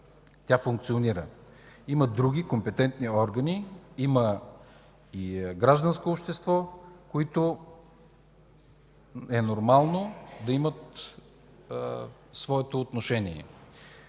тя функционира. Има други компетентни органи, има и гражданско общество, които е нормално да имат своето отношение.